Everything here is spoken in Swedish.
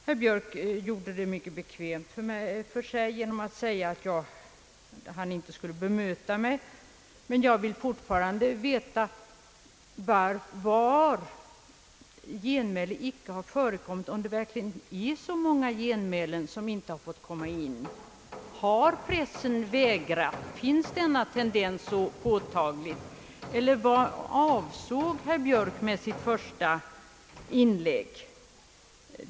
Herr Björk gjorde det mycket bekvämt för sig genom att säga, att han inte skulle bemöta mig, men jag vill fortfarande veta var någonstans genmälen icke har förekommit och om det verkligen är många genmälen som inte blivit införda? Är denna tendens verkligt påtaglig, eller vad avsåg herr Björk med sitt första inlägg?